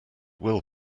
will